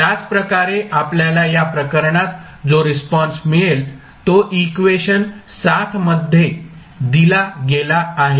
त्याचप्रकारे आपल्याला या प्रकरणात जो रिस्पॉन्स मिळेल तो इक्वेशन मध्ये दिला गेला आहे